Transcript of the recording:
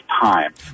time